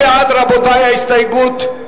מי בעד, רבותי, ההסתייגות?